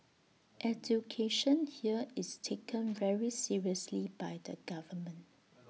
education here is taken very seriously by the government